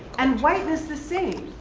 and whiteness the same.